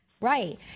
Right